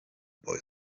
boy